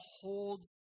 hold